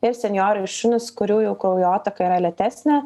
ir senjorai šunys kurių jau kraujotaka yra lėtesnė